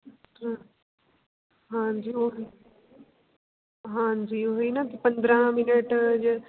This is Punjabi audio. ਹਾਂਜੀ ਉਹੀ ਹਾਂਜੀ ਉਹੀ ਨਾ ਪੰਦਰਾਂ ਮਿਨਟ ਜੇ